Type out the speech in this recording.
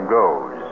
goes